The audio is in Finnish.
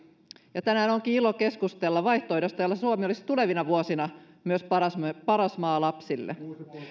ja tänään onkin ilo keskustella vaihtoehdosta jolla suomi olisi tulevina vuosina myös paras maa lapsille